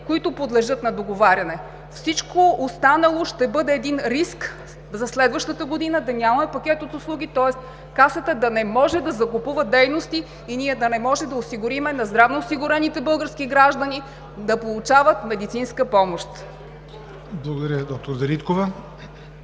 които подлежат на договаряне. Всичко останало ще бъде риск за следващата година да нямаме пакет от услуги, тоест Касата да не може да закупува дейности и ние да не можем да осигурим на здравно осигурените български граждани да получават медицинска помощ. ПРЕДСЕДАТЕЛ